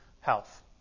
health